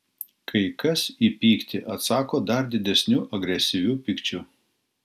kai kas į pyktį atsako dar didesniu agresyviu pykčiu